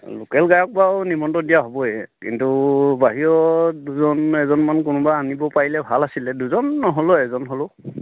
local গায়ক বাৰু নিমন্ত্ৰণ দিয়া হ'বয়ে কিন্তু বাহিৰৰ দুজন এজনমান কোনোবা আনিব পাৰিলে ভাল আছিলে দুজন নহ'লেও এজন হ'লেও